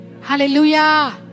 Hallelujah